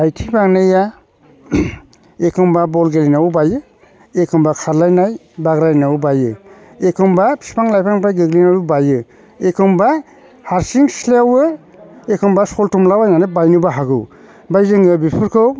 आथिं फारनैया एखमब्ला बल गेलेनायावबो बायो एखमब्ला खारलायलायनाय बाग्रायनायावबो बायो एखमब्ला बिफां लाइफांनिफ्राय गोलैनायावबो बायो एखमब्ला हारसिं सिथलायावबो एखमब्ला सलथ'मला बायनानैबो बायनो हागौ आमफाय जोङो बिफोरखौ